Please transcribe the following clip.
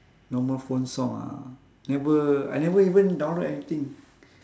normal phone song ah never I never even download anything